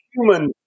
human